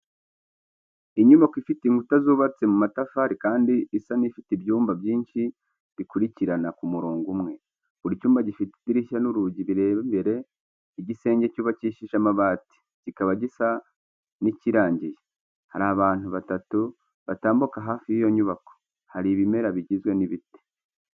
Inyubako ifite inkuta zubatse mu matafari kandi isa n’ifite ibyumba byinshi bikurikirana ku murongo umwe. Buri cyumba gifite idirishya n’urugi bireba imbere. Igisenge cyubakishije amabati, kikaba gisa n’ikiringaniye. Hari abantu batatu batambuka hafi y’iyo nyubako. Hari ibimera bigizwe n'ibiti.